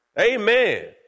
Amen